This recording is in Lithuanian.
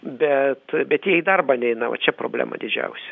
bet bet jie į darbą neina va čia problema didžiausia